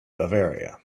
bavaria